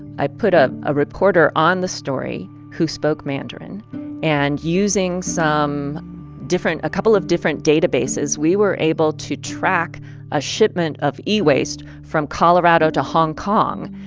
i put ah a reporter on the story who spoke mandarin and using some different a couple of different databases, we were able to track a shipment of e-waste from colorado to hong kong.